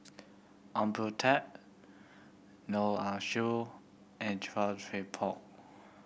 Ong Boon Tat Neo Ah and Chia Thye Poh